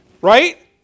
right